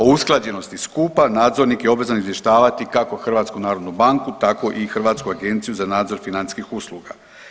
O usklađenosti skupa nadzornik je obvezan izvještavati kako HNB tako i Hrvatsku agenciju za nadzor financijskih usluga.